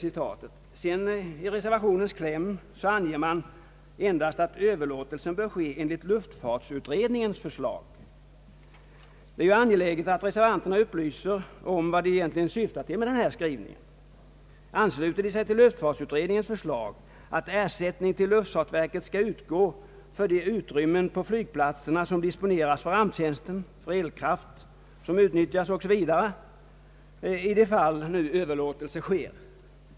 I reservationens kläm anger man, att överlåtelsen bör ske »enligt luftfartsutredningens förslag». Det är ju angeläget att reservanterna upplyser om vad de egentligen syftar till med den här skrivningen. Ansluter de sig till luftfartsutredningens förslag att ersättning till luftfartsverket skall utgå för de utrymmen på flygplatserna, som disponeras för ramptjänsten, för elkraft som utnyttjas o.s.v. i de fall överlåtelse sker?